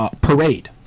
parade